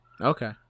Okay